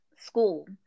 school